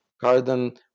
Carden